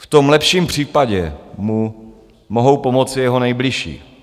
V tom lepším případě mu mohou pomoci jeho nejbližší.